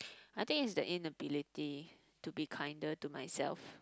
I think is the inability to be kinder to myself